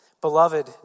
Beloved